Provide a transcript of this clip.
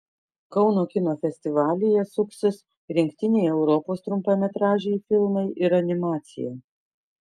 kauno kino festivalyje suksis rinktiniai europos trumpametražiai filmai ir animacija